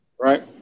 right